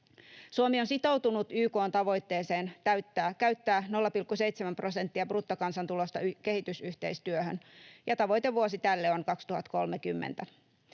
Suomi on sitoutunut YK:n tavoitteeseen käyttää 0,7 prosenttia bruttokansantulosta kehitysyhteistyöhön, ja tavoitevuosi tälle on 2030.